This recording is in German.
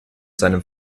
seinem